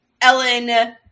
Ellen